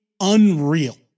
unreal